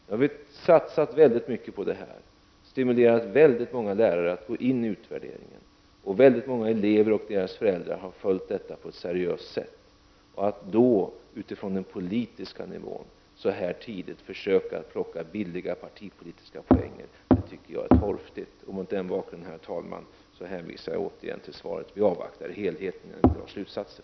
Vi har satsat mycket på det här och har stimulerat många lärare att gå in i utvärderingen. Många elever och deras föräldrar har följt detta på ett seriöst sätt. Att då försöka plocka billiga partipolitiska poäng så här tidigt är torftigt. Mot den bakgrunden, herr talman, hänvisar jag återigen till svaret. Vi avvaktar helheten innan vi drar slutsatser.